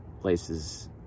places